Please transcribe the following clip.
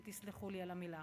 אם תסלחו לי על המילה.